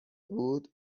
بود